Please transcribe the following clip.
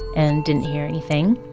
and didn't hear anything.